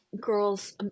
girls